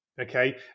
Okay